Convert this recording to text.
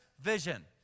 vision